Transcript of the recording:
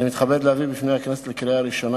אני מתכבד להביא בפני הכנסת לקריאה ראשונה